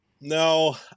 No